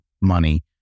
money